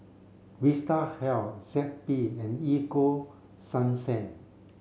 Vitahealth Zappy and Ego sunsense